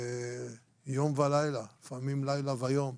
יום ולילה, לפעמים לילה ויום,